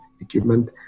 equipment